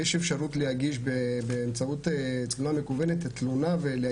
יש אפשרות להגיש באמצעות תלונה מקוונת תלונה.